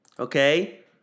Okay